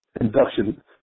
induction